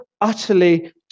utterly